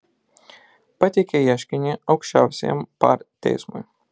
pateikė ieškinį aukščiausiajam par teismui